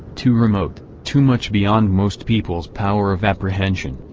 too remote, too much beyond most people's power of apprehension,